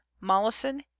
Mollison